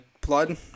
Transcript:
blood